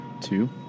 Two